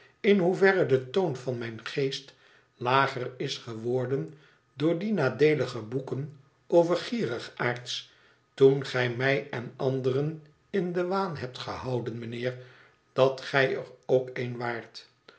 in hoeverre de toon van mijn geest lager is geworden door die nadeeüge boeken over gierigaards toen gij mij en anderen in den waan hebt gehouden mijnheer dat gij er ook een